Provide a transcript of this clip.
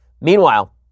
meanwhile